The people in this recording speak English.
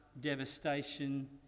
devastation